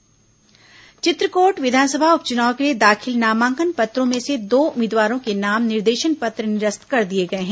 चित्रकोट उप चुनाव चित्रकोट विधानसभा उप चुनाव के लिए दाखिल नामांकन पत्रों में से दो उम्मीदवारों के नाम निर्देशन पत्र निरस्त कर दिए गए हैं